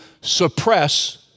suppress